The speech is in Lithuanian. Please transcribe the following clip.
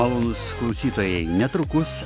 malonūs klausytojai netrukus